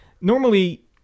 Normally